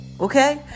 Okay